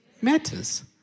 Matters